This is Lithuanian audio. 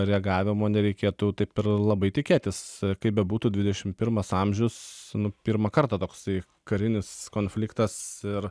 reagavimo nereikėtų taip ir labai tikėtis kaip bebūtų dvidešim pirmas amžius nu pirmą kartą toksai karinis konfliktas ir